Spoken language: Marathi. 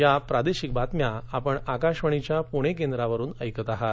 या प्रादेशिक बातम्या आपण आकाशवाणीच्या पूणे केंद्रावरून ऐकत आहात